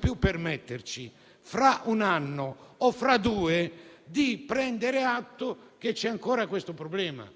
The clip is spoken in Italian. più permetterci, fra un anno o due, di prendere atto che c'è ancora questo problema.